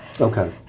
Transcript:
Okay